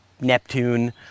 Neptune